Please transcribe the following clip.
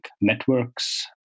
networks